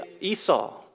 Esau